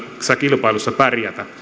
kilpailussa pärjätä